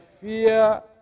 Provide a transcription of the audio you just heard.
fear